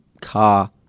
car